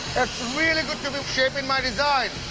really good to be shaping my design.